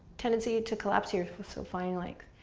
tendency to collapse here, so find length.